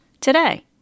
today